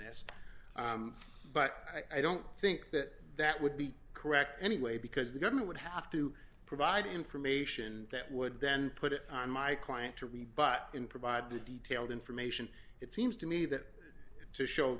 this but i don't think that that would be correct anyway because the government would have to provide information that would then put it on my client to rebut in provide the detailed information it seems to me that to show